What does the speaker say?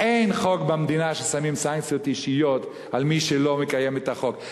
אין חוק במדינה ששמים סנקציות אישיות על מי שלא מקיים את החוק.